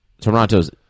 Toronto's